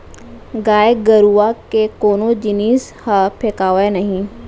गाय गरूवा के कोनो जिनिस ह फेकावय नही